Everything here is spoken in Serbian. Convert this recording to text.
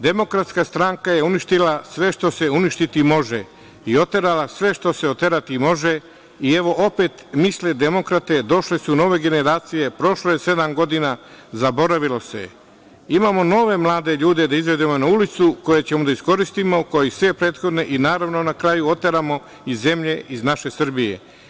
Demokratska stranka je uništila sve što se uništiti može i oterala sve što se oterati može i evo, opet, misle demokrate – došle su nove generacije, prošloj je sedam godina, zaboravilo se, imamo nove mlade ljude da izvedemo na ulicu, koje ćemo da iskoristimo kao i sve prethodne i na kraju oteramo iz zemlje, iz naše Srbije.